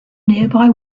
nearby